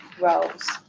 roles